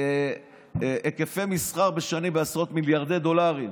היקפי מסחר בעשרות מיליארדי דולרים.